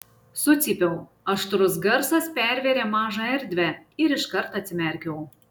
sucypiau aštrus garsas pervėrė mažą erdvę ir iškart atsimerkiau